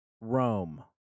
Rome